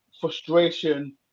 frustration